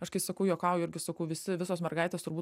aš kai sakau juokauju irgi sakau visi visos mergaitės turbūt